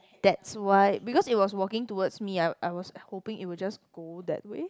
that's why because it was walking towards me then I I was hoping it will just go that way